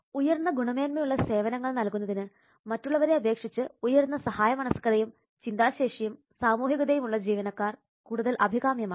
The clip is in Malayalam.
ഉയർന്ന ഗുണമേന്മയുള്ള സേവനങ്ങൾ നൽകുന്നതിന് മറ്റുള്ളവരെ അപേക്ഷിച്ച് ഉയർന്ന സഹായമനസ്കതയും ചിന്താശേഷിയും സാമൂഹികതയും ഉള്ള ജീവനക്കാർ കൂടുതൽ അഭികാമ്യമാണ്